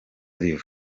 riza